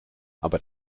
aber